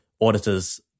auditors